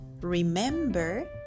remember